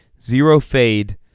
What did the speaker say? zero-fade